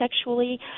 sexually